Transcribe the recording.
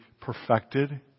perfected